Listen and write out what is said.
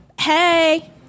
Hey